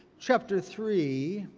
chapter three,